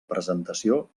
presentació